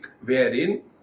wherein